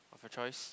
of your choice